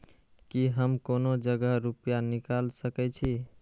की हम कोनो जगह रूपया निकाल सके छी?